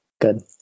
Good